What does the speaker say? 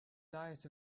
diet